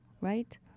right